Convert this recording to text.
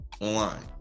online